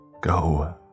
go